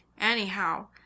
Anyhow